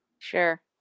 Sure